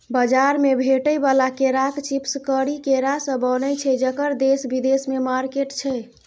बजार मे भेटै बला केराक चिप्स करी केरासँ बनय छै जकर देश बिदेशमे मार्केट छै